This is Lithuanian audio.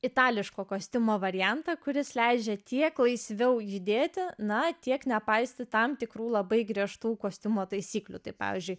itališko kostiumo variantą kuris leidžia tiek laisviau judėti na tiek nepaisyt tam tikrų labai griežtų kostiumo taisyklių tai pavyzdžiui